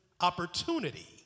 opportunity